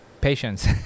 patience